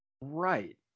Right